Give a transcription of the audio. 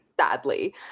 sadly